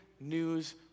news